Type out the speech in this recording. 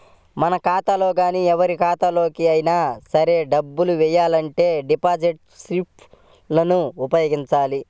మన ఖాతాలో గానీ ఎవరి ఖాతాలోకి అయినా సరే డబ్బులు వెయ్యాలంటే డిపాజిట్ స్లిప్ లను ఉపయోగించాలి